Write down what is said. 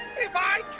good-bye,